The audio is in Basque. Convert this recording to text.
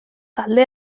talde